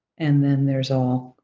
and then there's all